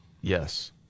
Yes